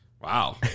wow